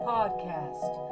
Podcast